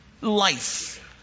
Life